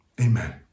Amen